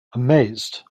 amazed